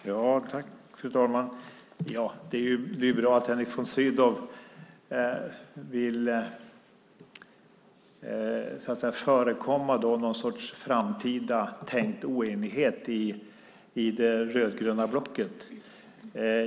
Fru talman! Det är ju bra att Henrik von Sydow vill förekomma någon sorts framtida tänkt oenighet i det rödgröna blocket.